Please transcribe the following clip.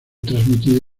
transmitida